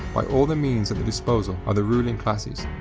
by all the means at the disposal of the ruling classes.